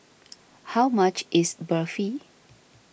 how much is Barfi